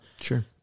sure